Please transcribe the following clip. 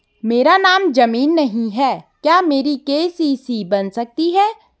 मेरे नाम ज़मीन नहीं है क्या मेरी के.सी.सी बन सकती है?